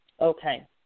Okay